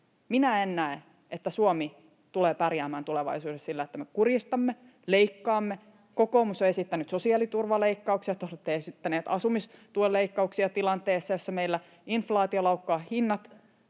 Minä en näe, että Suomi tulee pärjäämään tulevaisuudessa sillä, että me kurjistamme, leikkaamme. Kokoomus on esittänyt sosiaaliturvaleikkauksia, te olette esittäneet asumistuen leikkauksia tilanteessa, jossa meillä inflaatio laukkaa, hinnat